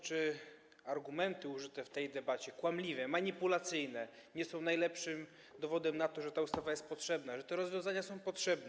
Czy argumenty użyte w tej debacie, kłamliwe, manipulacyjne, nie są najlepszym dowodem na to, że ta ustawa jest potrzebna, że te rozwiązania są potrzebne?